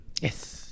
Yes